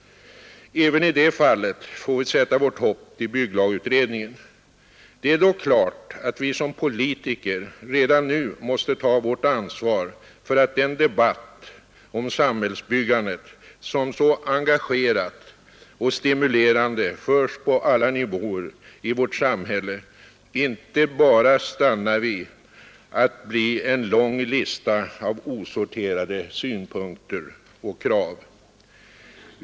Även i det fallet får vi sätta vårt hopp till bygglagutredningen. Det är dock klart att vi som politiker redan nu måste ta vårt ansvar för att den debatt om samhällsbyggandet som så engagerat och stimulerande förs på alla nivåer i vårt samhälle inte bara stannar vid att bli en lång lista av osorterade synpunkter och krav.